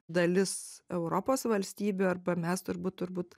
dalis europos valstybių arba mes turbūt turbūt